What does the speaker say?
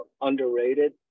underrated